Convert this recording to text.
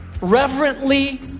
reverently